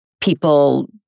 people